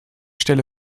stelle